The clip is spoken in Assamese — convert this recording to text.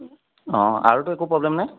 অঁ আৰুতো একো প্ৰব্লেম নাই